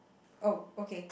oh okay